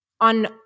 on